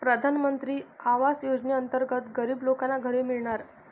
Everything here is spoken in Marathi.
प्रधानमंत्री आवास योजनेअंतर्गत गरीब लोकांना घरे मिळणार